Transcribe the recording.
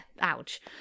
ouch